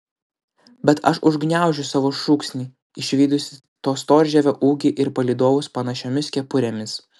bet aš užgniaužiu savo šūksnį išvydusi to storžievio ūgį ir palydovus panašiomis kepurėmis